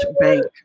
bank